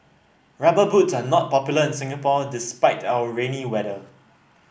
rubber boots are not popular in Singapore despite our rainy weather